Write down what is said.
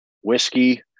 whiskey